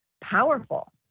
powerful